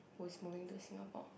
who's moving to Singapore